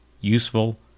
Useful